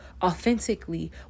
authentically